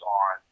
on